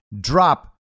drop